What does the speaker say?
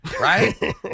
Right